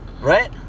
Right